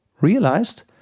realized